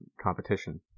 competition